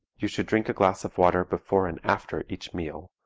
you should drink a glass of water before and after each meal,